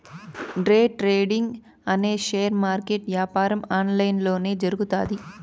day trading అనే share market యాపారం online లొనే జరుగుతాది